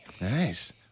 Nice